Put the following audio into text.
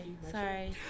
sorry